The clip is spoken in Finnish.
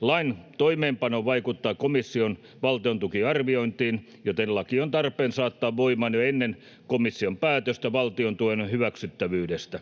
Lain toimeenpano vaikuttaa komission valtiontukiarviointiin, joten laki on tarpeen saattaa voimaan jo ennen komission päätöstä valtiontuen hyväksyttävyydestä.